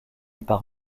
par